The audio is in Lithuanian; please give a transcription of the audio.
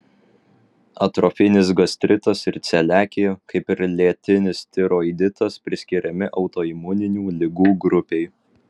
atrofinis gastritas ir celiakija kaip ir lėtinis tiroiditas priskiriami autoimuninių ligų grupei